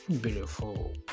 beautiful